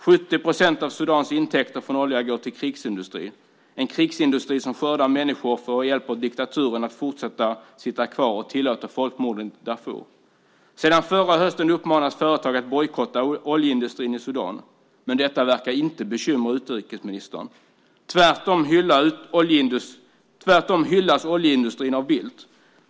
70 procent av Sudans intäkter från olja går till krigsindustrin - en krigsindustri som skördar människooffer, hjälper diktaturen att sitta kvar och tillåter folkmorden i Darfur. Sedan förra hösten uppmanas företag att bojkotta oljeindustrin i Sudan. Detta verkar inte bekymra utrikesministern. Tvärtom hyllas oljeindustrin av Bildt.